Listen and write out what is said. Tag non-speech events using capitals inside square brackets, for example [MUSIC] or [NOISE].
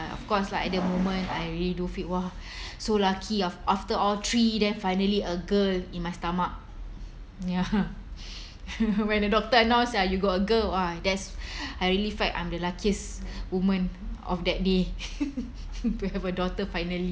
ah of course lah at the moment I really do feel !wah! [BREATH] so lucky ah after all three then finally a girl in my stomach ya [LAUGHS] when the doctor announced ah you got a girl !wah! that's [BREATH] I really felt I'm the luckiest [BREATH] women of that day [LAUGHS] to have a daughter finally